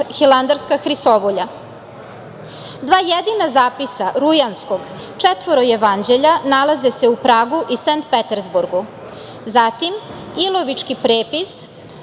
Hilandarska krisovulja, dva jedina zapisa rujanskog, četiri jevanđelja se nalaze u Pragu i Sankt Petersburgu. Zatim, Ilovički prepis,